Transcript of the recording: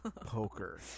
poker